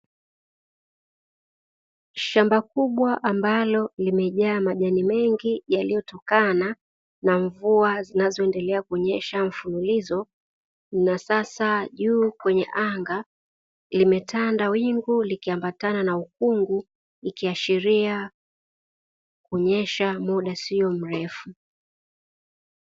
Shamba kubwa ambalo limejaa majani mengi yaliyotokana, na mvua zinazoendelea kunyesha mfululizo, na sasa juu kwenye anga limetanda wingu likiambatana na ukungu ikiashiria kunyesha muda sio mrefu.